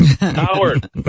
Howard